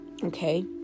okay